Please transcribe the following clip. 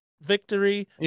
victory